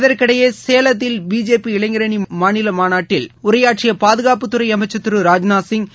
இதற்கிடையே சேலத்தில் பிஜேபி இளைஞர் அணி மாநில மாநாட்டில் உரையாற்றிய பாதுகாப்புத்துறை அமைச்சர் திரு ராஜ்நாத் சிங்